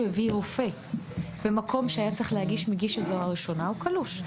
הביא רופא למקום שהיה צריך להביא מגיש עזרה ראשונה הוא קלוש.